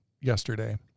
yesterday